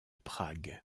prague